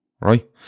right